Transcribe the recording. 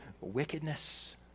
wickedness